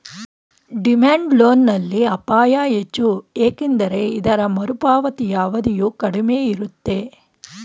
demand loan ನಲ್ಲಿ ಅಪಾಯ ಹೆಚ್ಚು ಏಕೆಂದರೆ ಇದರ ಮರುಪಾವತಿಯ ಅವಧಿಯು ಕಡಿಮೆ ಇರುತ್ತೆ